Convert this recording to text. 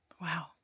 Wow